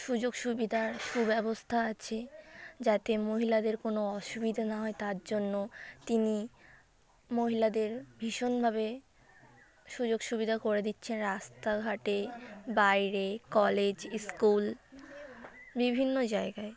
সুযোগ সুবিধার সুব্যবস্থা আছে যাতে মহিলাদের কোনো অসুবিধা না হয় তার জন্য তিনি মহিলাদের ভীষণভাবে সুযোগ সুবিধা করে দিচ্ছেন রাস্তাঘাটে বাইরে কলেজ স্কুল বিভিন্ন জায়গায়